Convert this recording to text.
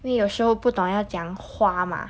因为有时候不懂要怎样花吗